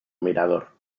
mirador